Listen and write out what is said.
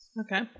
okay